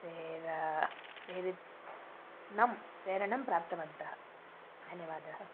प्रेरणां प्रेरणं प्रेरणं प्राप्तवन्तः धन्यवादः